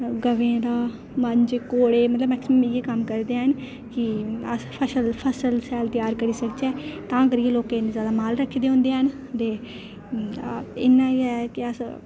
गवें दा मंझ घोड़े मतलब मैक्सीमम इ'यै कम्म करदे हैन कि अस फसल फसल शैल त्यार करी सकचै तां करियै लोकें इन्ने जैदा माल रक्खे दे होंदे हैन ते इन्ना गै कि अस